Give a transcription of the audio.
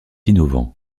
innovant